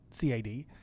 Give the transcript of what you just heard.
CAD